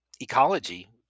ecology